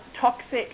toxic